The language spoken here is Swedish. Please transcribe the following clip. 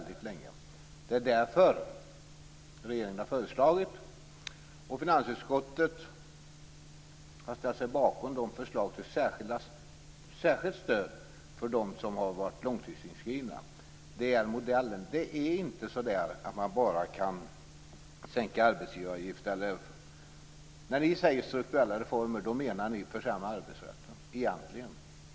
Därför har regeringen föreslagit särskilt stöd för de långtidsarbetslösa. Finansutskottet har ställt sig bakom förslaget. Det är modellen. Man kan inte bara sänka arbetsgivaravgifterna. När ni säger strukturella reformer menar ni egentligen försämringar av arbetsrätten.